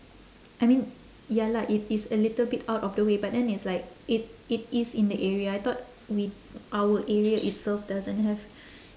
I mean ya lah it is a little bit out of the way but then it's like it it is in the area I thought we our area itself doesn't have